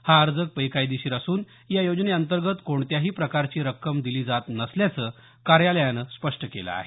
हा अर्ज बेकायदेशीर असून या योजने अंतर्गत कोणत्याही प्रकारची रक्कम दिली जात नसल्याचं कार्यालयानं स्पष्ट केलं आहे